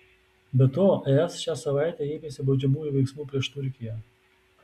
be to es šią savaitę ėmėsi baudžiamųjų veiksmų prieš turkiją